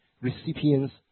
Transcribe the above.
recipients